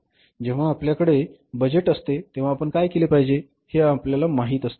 जेव्हा आपल्याकडे बजेट असते तेव्हा आपण काय केले पाहिजे हे आपल्याला माहित असते